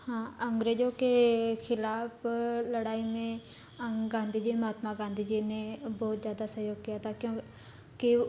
हाँ अंग्रेजों के खिलाफ लड़ाई में अं गांधी जी महात्मा गाँधी जी ने बहुत ज़्यादा सहयोग किया था क्योंकि